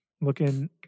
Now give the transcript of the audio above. looking